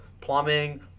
plumbing